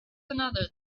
another